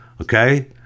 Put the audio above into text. Okay